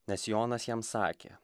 nes jonas jam sakė